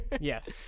Yes